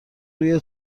روی